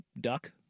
duck